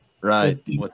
right